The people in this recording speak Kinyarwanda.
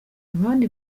abandi